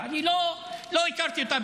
לא הכרתי אותה,